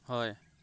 হয়